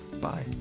Bye